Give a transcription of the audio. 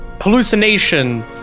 hallucination